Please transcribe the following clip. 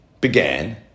began